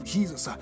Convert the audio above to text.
Jesus